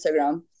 Instagram